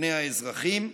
בפני האזרחים.